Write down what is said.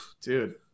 Dude